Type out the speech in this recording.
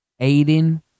aiden